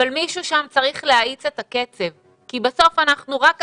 אבל מישהו שם צריך להאיץ את הקצב כי בסוף אנחנו רק עכשיו,